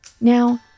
Now